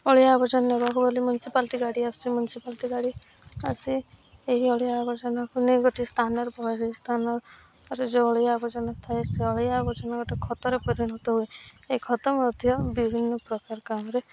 ଅଳିଆ ଆବର୍ଜନା ନେବାକୁ ଗଲେ ମ୍ୟୁନିସିପାଲିଟି ଗାଡ଼ି ଆସୁଚି ମ୍ୟୁନିସିପାଲିଟି ଗାଡ଼ି ଆସି ଏହି ଅଳିଆ ଆବର୍ଜନାକୁ ନେଇ ଗୋଟିଏ ସ୍ତାନରେ ଯୋଉ ଅଳିଆ ଆବର୍ଜନା ଥାଏ ସେ ଅଳିଆ ଆବର୍ଜନା ଗୋଟେ ଖତରେ ପରିଣତ ହୁଏ ଏ ଖତ ମଧ୍ୟ ବିଭିନ୍ନ ପ୍ରକାର କାମରେ